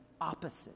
opposite